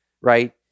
right